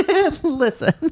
listen